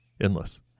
endless